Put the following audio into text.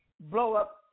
blow-up